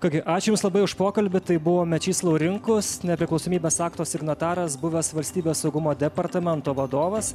ką gi ačiū jums labai už pokalbį tai buvo mečys laurinkus nepriklausomybės akto signataras buvęs valstybės saugumo departamento vadovas